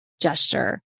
gesture